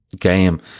game